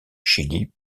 chili